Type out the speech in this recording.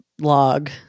log